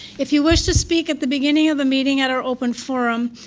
if you wish to speak at the beginning of a meeting at our open forum,